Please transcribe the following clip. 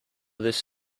this